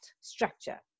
structure